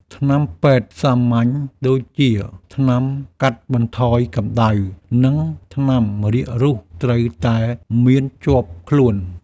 ថ្នាំពេទ្យសាមញ្ញដូចជាថ្នាំកាត់បន្ថយកំដៅ និងថ្នាំរាករូសត្រូវតែមានជាប់ខ្លួន។